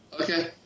Okay